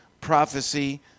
prophecy